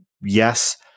Yes